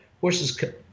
horses